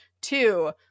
Two